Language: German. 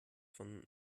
von